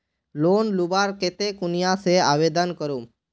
Loan लुबार केते कुनियाँ से आवेदन करूम?